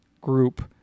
group